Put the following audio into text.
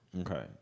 Okay